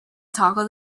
toggle